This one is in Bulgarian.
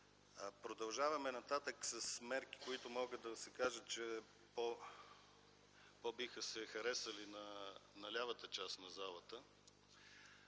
Продължаваме нататък с мерки, които може да се каже, че по-биха се харесали на лявата част на залата.